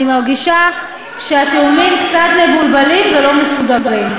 אני מרגישה שהטיעונים קצת מבולבלים ולא מסודרים.